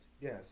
Yes